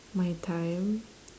my time